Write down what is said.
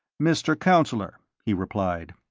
mr. councillor, he replied,